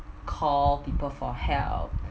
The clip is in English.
call people for help